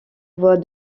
voie